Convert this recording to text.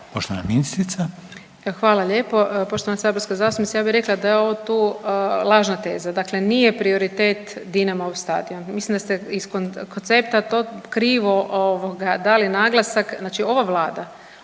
poštovana saborska zastupnice ja bi rekla da je ovo tu lažna teza. Dakle, nije prioritet Dinamov stadion, mislim da te iz koncepta to krivo ovoga dali naglasak. Znači ova vlada